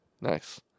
Nice